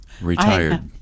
Retired